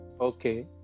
Okay